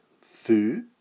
food